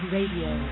Radio